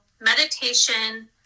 meditation